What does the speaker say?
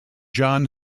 john